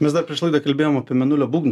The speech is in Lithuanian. mes dar prieš laidą kalbėjom apie mėnulio būgnus